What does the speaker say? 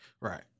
Right